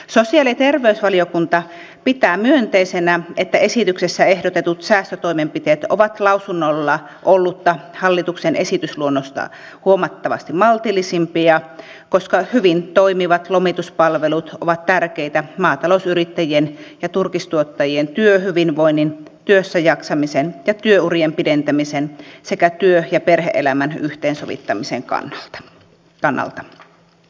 sosiaali ja terveysvaliokunta pitää myönteisenä että esityksessä ehdotetut säästötoimenpiteet ovat lausunnolla ollutta hallituksen esitysluonnosta huomattavasti maltillisempia koska hyvin toimivat lomituspalvelut ovat tärkeitä maatalousyrittäjien ja turkistuottajien työhyvinvoinnin työssäjaksamisen ja työurien pidentämisen sekä työ ja perhe elämän yhteensovittamisen kannalta